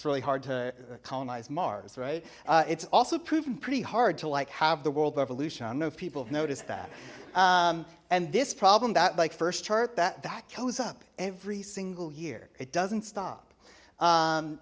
really hard to colonize mars right it's also proven pretty hard to like have the world revolution i know people have noticed that and this problem that like first chart that that goes up every single year it doesn't stop